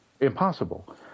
Impossible